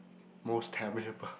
most terrible